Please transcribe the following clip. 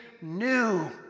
new